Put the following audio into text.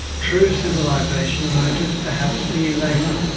true symbolization emerges perhaps a year later,